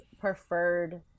preferred